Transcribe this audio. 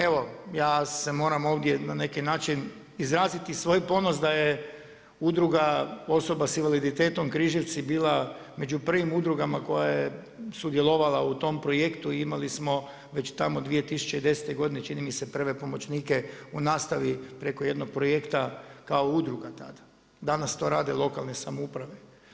Evo ja se moram ovdje na neki način izraziti svoj ponos da je Udruga osoba s invaliditetom Križevci bila među prvim udrugama koja je sudjelovala u tom projektu i imali smo već tamo 2010. godine čini mi se prve pomoćnike u nastavi preko jednog projekta kao udruga tada, danas to rade lokalne samouprave.